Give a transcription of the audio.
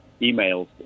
emails